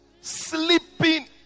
Sleeping